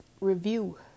review